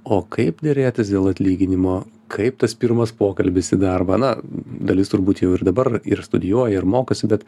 o kaip derėtis dėl atlyginimo kaip tas pirmas pokalbis į darbą na dalis turbūt jau ir dabar ir studijuoja ir mokosi bet